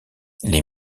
les